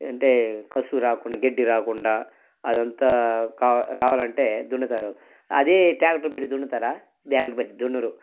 అంటే కసువు రాకుండా గడ్డి రాకుండా అదంతా కా రావాలంటే దున్నుతారు అదే ట్యాక్టర్ పెట్టి దున్నుతారా ట్యాక్టర్ పెట్టి దున్నరు